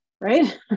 right